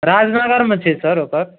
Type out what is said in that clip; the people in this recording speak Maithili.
राजनगरमे छै सर ओकर